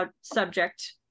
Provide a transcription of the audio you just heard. subject